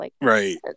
Right